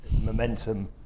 Momentum